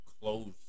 close